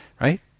right